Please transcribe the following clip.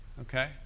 Okay